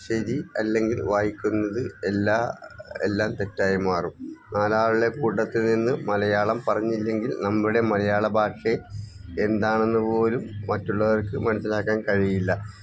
ശരി അല്ലെങ്കിൽ വായിക്കുന്നത് എല്ലാം എല്ലാം തെറ്റായി മാറും നാലാളുടെ കൂട്ടത്തിൽ നിന്ന് മലയാളം പറഞ്ഞില്ലെങ്കിൽ നമ്മുടെ മലയാള ഭാഷയെ എന്താണെന്ന് പോലും മറ്റുള്ളവർക്ക് മനസ്സിലാക്കാൻ കഴിയില്ല